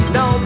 no